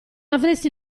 avresti